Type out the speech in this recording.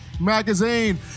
Magazine